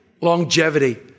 Longevity